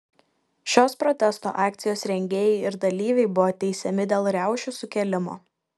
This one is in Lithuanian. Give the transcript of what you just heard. šios protesto akcijos rengėjai ir dalyviai buvo teisiami dėl riaušių sukėlimo